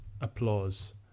applause